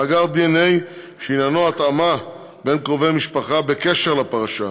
מאגר דנ"א שעניינו התאמה בין קרובי משפחה בקשר לפרשה,